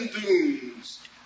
dunes